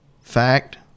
fact